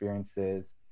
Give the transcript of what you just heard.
experiences